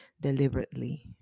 deliberately